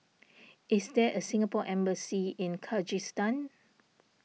is there a Singapore Embassy in Kyrgyzstan